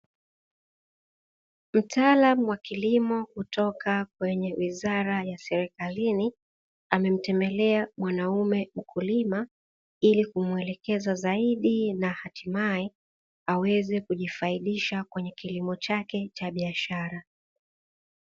Mtaalamu wa kilimo kutoka katika wizara ya serikalini, amemtembelea mwanaume mkulima ili kumwelekeza zaidi na hatimaye aweze kujifaidisha kwenye kilimo chake cha biashara.